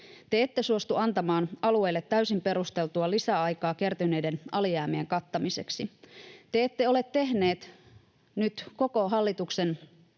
Te ette suostu antamaan alueille täysin perusteltua lisäaikaa kertyneiden alijäämien kattamiseksi. Te ette ole tehneet nyt koko hallituksen